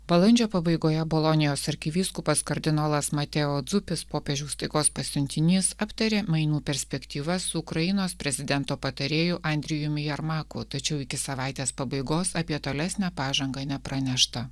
balandžio pabaigoje bolonijos arkivyskupas kardinolas mateo dzupis popiežiaus taikos pasiuntinys aptarė mainų perspektyvas su ukrainos prezidento patarėju andrejumi jermaku tačiau iki savaitės pabaigos apie tolesnę pažangą nepranešta